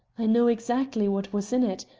i know exactly what was in it.